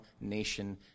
nation